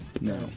No